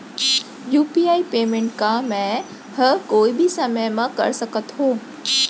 UPI payment का मैं ह कोई भी समय म कर सकत हो?